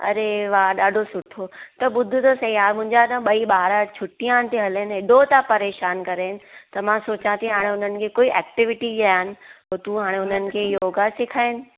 अड़े वाह ॾाढो सुठो त ॿुधु त सही यार मुंहिंजा न ॿई ॿार छुटियां थी हलेनि हेॾो था परेशानु करनि त मां सोचां थी हाणे हुननि खे कोई एक्टिविटी ॾियानि पोइ तूं हाणे हुननि खे योगा सिखारिनि